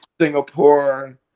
Singapore